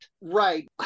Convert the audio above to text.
right